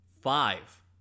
Five